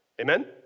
Amen